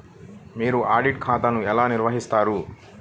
మీరు ఆడిట్ ఖాతాను ఎలా నిర్వహిస్తారు?